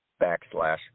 backslash